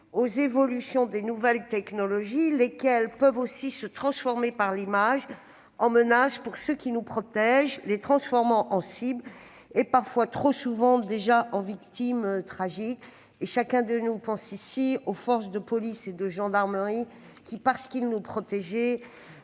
aux évolutions des nouvelles technologies, lesquelles peuvent aussi aboutir par l'image à menacer ceux qui nous protègent, les transformant en cibles et parfois, trop souvent déjà, en victimes tragiques. Chacun de nous pense ici aux représentants des forces de police et de gendarmerie qui, parce qu'ils nous protégeaient,